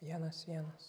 vienas vienas